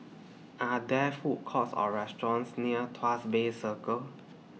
Are There Food Courts Or restaurants near Tuas Bay Circle